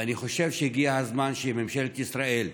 ואני חושב שהגיע הזמן שממשלת ישראל,